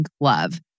Love